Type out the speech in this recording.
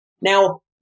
Now